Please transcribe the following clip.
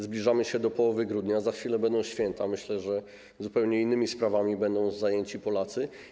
Zbliżamy się do połowy grudnia, za chwilę będą święta, myślę, że zupełnie innymi sprawami będą zajęci Polacy.